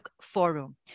Forum